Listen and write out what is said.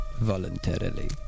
Voluntarily